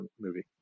movie